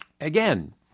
Again